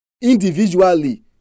individually